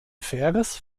faires